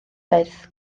daeth